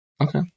Okay